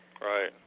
right